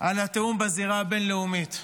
על התיאום בזירה הבין-לאומית.